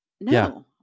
No